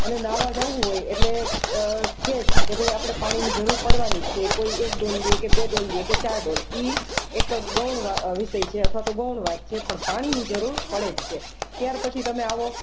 અને નહાવા જાવું હોય એટલે છે જે કે ભાઈ આપણે પાણીની જરૂર પડવાની જ છે એ કોઈ એક ડોલ લે કે બે ડોલ લે કે ચાર ડોલ એ એક ગૌણ વિષય છે અથવા તો ગૌણ વાત છે પણ પાણીની જરૂર પડે જ છે ત્યાર પછી તમે આવો